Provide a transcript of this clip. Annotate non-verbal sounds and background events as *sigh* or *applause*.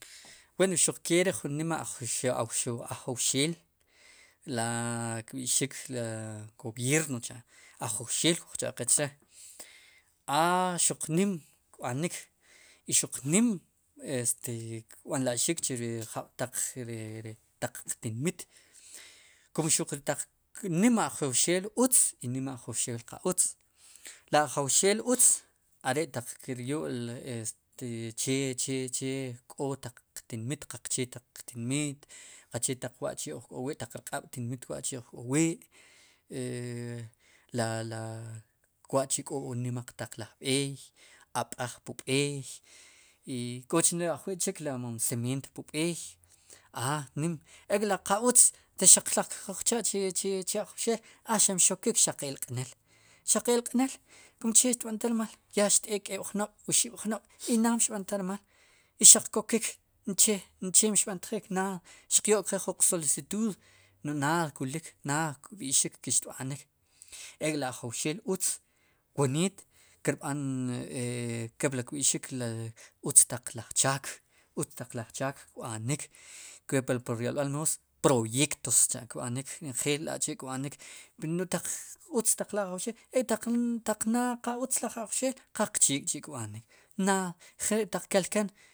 Wen xuqke re jun nima a jauxaw *hesitation* ajowxeel la akb'i'xik la gobierno cha' ajowxeel kujcha' qe che aa xuq nim kb'anik i xuq nim kb'anla'xik chu ri jab'taq qtimit kun taq nim ajowxeel utz i nima ajowxwwl qa utz la ajowxee utz are'taq kir yu'l che este che che *hesitation* k'o taq qtinmit qaqchee taq qtinmit qaqchee taq wa'chi' oj k'o wi' taq rq'ab'tinmit wa'oj k'o wi' e la la *hesitation* wachi' k'o wu nima qtinmit nmaq taq laj b'eey ab'aj pu b'eey i k'och ne ajwi' chik la mom cemeent pu b'eey a nim ek'li qa utz xaq taq kuj cha'chik *hesitation* cha'che che *hesitation* jun chee xaq mxokik xaq elq'neel, xaq elq'neel kun che xtb'antaj rmal yaa xt'eek keb'jnob'oxib'jnob' i naad mxb'antaj rmal i xaq kokik no'j che mxb'antjik no'j naad xiq yo'k qe jun qsolicitud no'j naad kulik naad kb'i'xik ke xtb'anik ek'li ajowxeel utz woniit kirb'an kepli kb'i'xik li utz taq laj chaak, utz taq laj chaak kb'nik kepli pur yolb'al moos proyectos cha' kb'anik njeel la'chi' kb'anik no'j uta laj tajwxik e taq naad qa utz laj ajowxel qachek'chi kb'anik naad jnik'taq kelken.